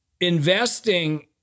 investing